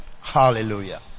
Hallelujah